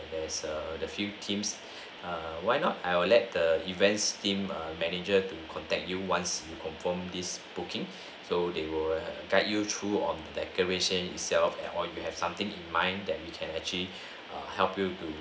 there's err the few teams why not I will let the events team err manager to contact you once you confirm this booking so they will guide you through on decoration itself and or you have something in mind that we can actually err help you to